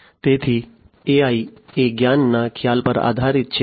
તેથી AI એ જ્ઞાનના ખ્યાલ પર આધારિત છે